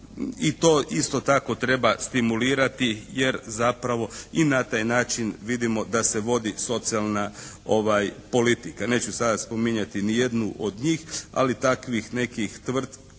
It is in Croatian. i to isto tako treba stimulirati, jer zapravo i na taj način vidimo da se vodi socijalna politika. Neću sada spominjati ni jednu od njih, ali takvih nekih tvrtki,